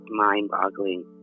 mind-boggling